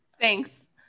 Thanks